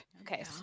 Okay